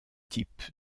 type